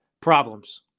problems